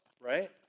Right